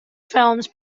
films